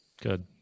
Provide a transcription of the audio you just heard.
Good